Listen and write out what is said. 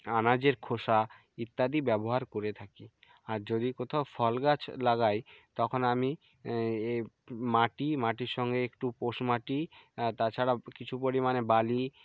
আনাজের খোসা ইত্যাদি ব্যবহার করে থাকি আর যদি কোথাও ফল গাছ লাগাই তখন আমি মাটি মাটির সঙ্গে একটু পোশ মাটি তাছাড়াও কিছু পরিমাণে বালি